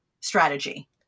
strategy